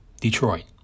Detroit